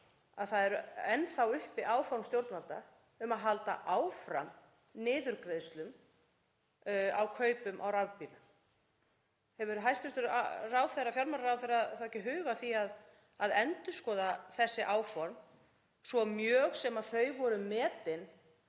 að það eru enn þá uppi áform stjórnvalda um að halda áfram niðurgreiðslum á kaupum á rafbílum. Hefur hæstv. fjármálaráðherra þá ekki hug á því að endurskoða þessi áform svo mjög sem þau voru metin